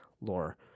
lore